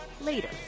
later